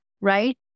right